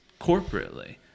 corporately